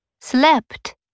slept